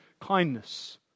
kindness